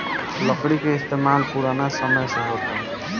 लकड़ी के इस्तमाल पुरान समय से होता